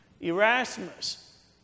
Erasmus